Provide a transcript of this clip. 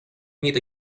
meet